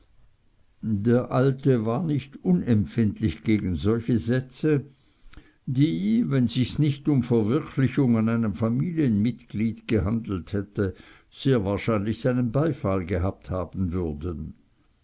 der alte war nicht unempfindlich gegen solche sätze die wenn sich's nicht um verwirklichung an einem familienmitgliede gehandelt hätte sehr wahrscheinlich seinen beifall gehabt haben würden